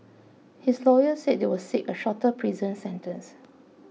his lawyer said they would seek a shorter prison sentence